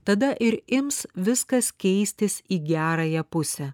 tada ir ims viskas keistis į gerąją pusę